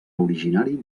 originari